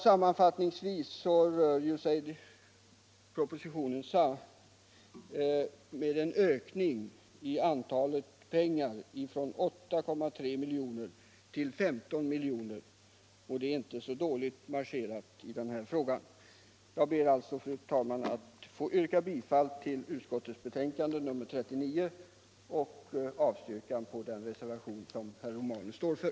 Sammanfattningsvis vill jag framhålla att propositionen föreslår en ökning av anslaget från 8,3 till 15 milj.kr., vilket inte är så dåligt marscherat. Jag yrkar, fru talman, bifall till utskottets hemställan samt avslag på den reservation som herr Romanus står för.